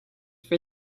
for